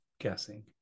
guessing